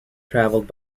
traveled